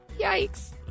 Yikes